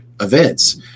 events